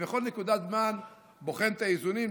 ובכל נקודת זמן בוחן את האיזונים,